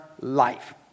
life